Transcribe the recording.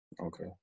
Okay